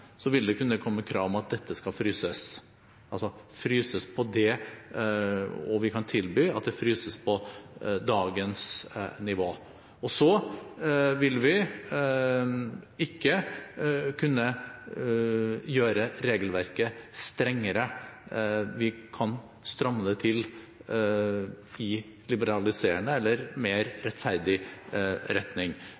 vil det kunne komme krav om at dette skal fryses, og vi kan tilby at det skal fryses på dagens nivå. Så vil vi ikke kunne gjøre regelverket strengere. Vi kan stramme det til i liberaliserende eller mer rettferdig retning.